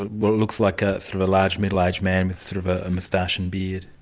what looks like ah sort of a large, middle-aged man with sort of ah a moustache and beard?